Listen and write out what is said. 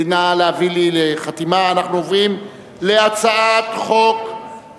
אני קובע שחוק שירות ביטחון (תיקון מס' 7 והוראת שעה)